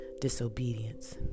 disobedience